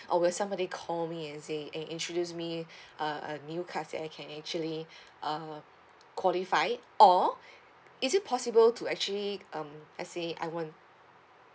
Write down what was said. or will somebody call me and say and introduce me uh a new cards that I can actually uh qualify or is it possible to actually um let's say I want